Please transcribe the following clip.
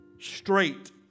Straight